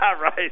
Right